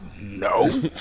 No